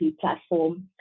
platform